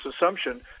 assumption